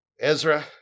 Ezra